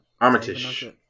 Armitage